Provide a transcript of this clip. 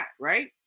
Right